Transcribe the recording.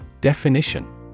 Definition